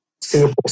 Singapore